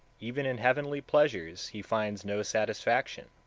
even in heavenly pleasures he finds no satisfaction,